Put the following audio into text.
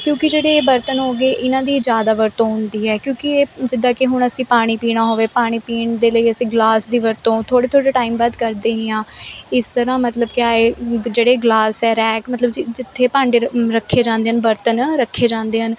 ਕਿਉਂਕਿ ਜਿਹੜੇ ਬਰਤਨ ਹੋ ਗਏ ਇਹਨਾਂ ਦੀ ਜ਼ਿਆਦਾ ਵਰਤੋਂ ਹੁੰਦੀ ਹੈ ਕਿਉਂਕਿ ਇਹ ਜਿੱਦਾਂ ਕਿ ਹੁਣ ਅਸੀਂ ਪਾਣੀ ਪੀਣਾ ਹੋਵੇ ਪਾਣੀ ਪੀਣ ਦੇ ਲਈ ਅਸੀਂ ਗਲਾਸ ਦੀ ਵਰਤੋਂ ਥੋੜ੍ਹੇ ਥੋੜ੍ਹੇ ਟਾਈਮ ਬਾਅਦ ਕਰਦੇ ਹੀ ਆਂ ਇਸ ਤਰ੍ਹਾਂ ਮਤਲਬ ਕਿਆ ਏ ਜਿਹੜੇ ਗਲਾਸ ਏ ਰੈਕ ਮਤਲਬ ਜਿ ਜਿੱਥੇ ਭਾਂਡੇ ਰੱਖੇ ਜਾਂਦੇ ਹਨ ਬਰਤਨ ਰੱਖੇ ਜਾਂਦੇ ਹਨ